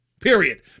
Period